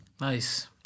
Nice